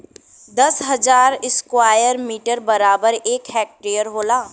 दस हजार square metre बराबर एक हेक्टेयर होला